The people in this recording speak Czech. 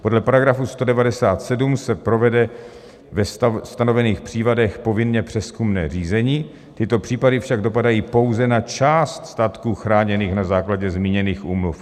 Podle § 197 se provede ve stanovených případech povinně přezkumné řízení, tyto případy však dopadají pouze na část statků chráněných na základě zmíněných úmluv.